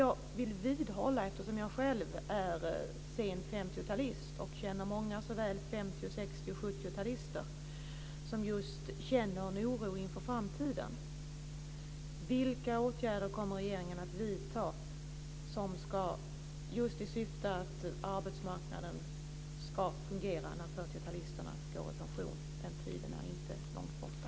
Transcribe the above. Jag är själv sen 50-talist och känner många 50-, 60 och 70-talister som känner en oro inför framtiden. Vilka åtgärder kommer regeringen att vidta i syfte att arbetsmarknaden ska fungera när 40-talisterna går i pension? Den tiden är inte långt borta.